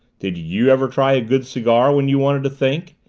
did you ever try a good cigar when you wanted to think?